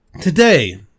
today